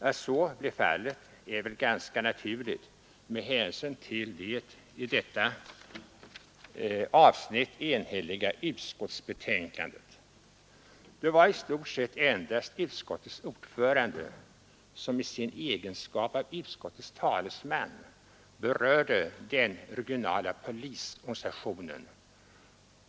Att så blev fallet är väl ganska naturligt med hänsyn till det i detta avsnitt enhälliga utskottsbetänkandet. Det var i stort sett endast utskottets ordförande som i sin egenskap av utskottets talesman berörde den regionala polisorganisationen.